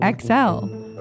xl